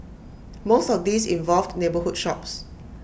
most of these involved neighbourhood shops